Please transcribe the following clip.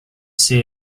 see